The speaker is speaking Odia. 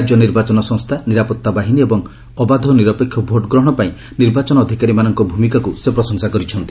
ରାଜ୍ୟ ନିର୍ବାଚନ ସଂସ୍କା ନିରାପତ୍ତା ବାହିନୀ ଏବଂ ଅବାଧ ଓ ନିରପେକ୍ଷ ଭୋଟ୍ଗ୍ରହଶ ପାଇଁ ନିର୍ବାଚନ ଅଧିକାରୀମାନଙ୍କ ଭୂମିକାକୁ ସେ ପ୍ରଶଂସା କରିଛନ୍ତି